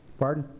pardon?